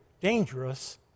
dangerous